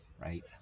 Right